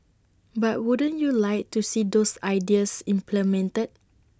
but wouldn't you like to see those ideas implemented